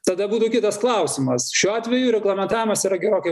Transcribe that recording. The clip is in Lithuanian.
tada būtų kitas klausimas šiuo atveju reglamentavimas yra gerokai